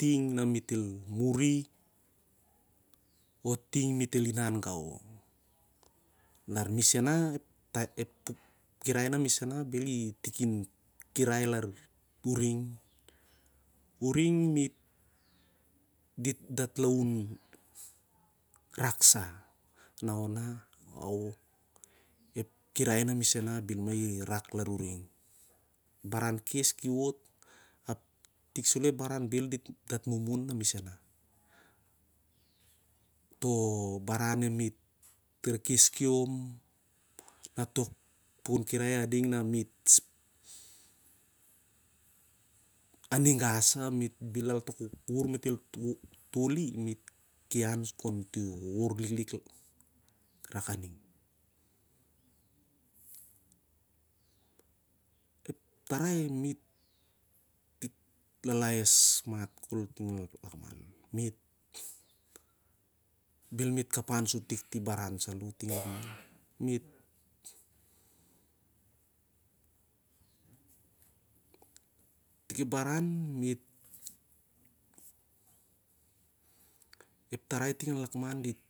Eing na me't el muri o ting na me el inan gau. Lar misana bhel itikin kirai na uring. Uring me't, dat laun rak sah na ona aoh-ep, kirai na misana bvhel mah irak na uring toh baran kes ki wot ap itik saloh ep baran, bhel dat mumun na misasan. Toh baran na me't kes kiom ap toh pukun kirai ading na me't ep tarai me't lalaes dmat khol. Bhel me't kapan sur tik ti baran saloh me't, tikep baran me't, ep tarai ting a lakman dit,